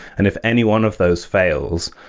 and if any one of those fails,